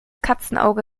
katzenauge